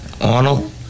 Arnold